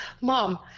mom